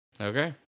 Okay